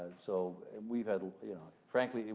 so, we've had, you know, frankly,